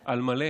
על מלא